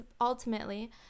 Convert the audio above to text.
ultimately